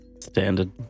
Standard